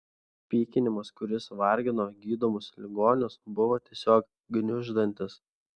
pykinimas kuris vargino gydomus ligonius buvo tiesiog gniuždantis